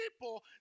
people